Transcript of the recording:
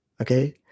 okay